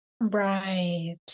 Right